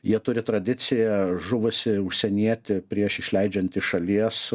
jie turi tradiciją žuvusį užsienietį prieš išleidžiant iš šalies